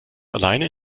alleine